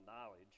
knowledge